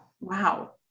Wow